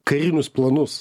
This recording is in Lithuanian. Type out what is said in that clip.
karinius planus